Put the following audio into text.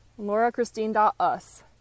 laurachristine.us